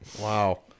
Wow